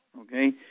okay